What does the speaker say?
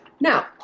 now